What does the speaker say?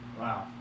Wow